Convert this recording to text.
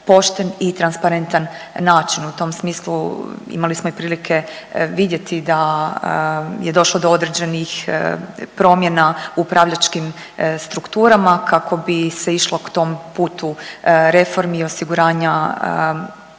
pošten i transparentan način. U tom smislu imali smo i prilike vidjeti da je došlo do određenih promjena u upravljačkim strukturama kako bi se išlo k tom putu reformi i osiguranja